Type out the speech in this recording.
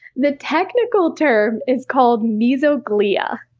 the technical term is called mesoglea.